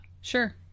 Sure